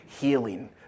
healing